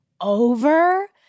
over